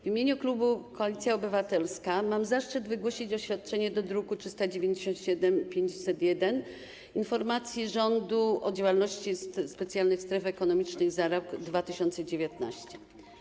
W imieniu klubu Koalicja Obywatelska mam zaszczyt wygłosić oświadczenie dotyczące druków nr 397 i 501, informacji rządu o działalności specjalnych stref ekonomicznych za rok 2019.